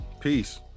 peace